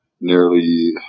Nearly